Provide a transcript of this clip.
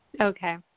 Okay